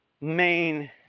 main